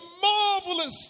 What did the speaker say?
marvelous